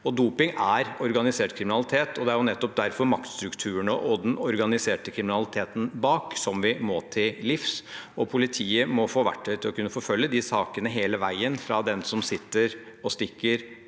Doping er organisert kriminalitet, og det er nettopp derfor det er maktstrukturene og den organiserte kriminaliteten bak som vi må til livs. Politiet må få verktøy til å kunne forfølge disse sakene hele veien – fra den som sitter og stikker